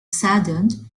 saddened